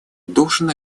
должен